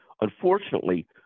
Unfortunately